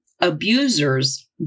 Abusers